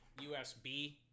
USB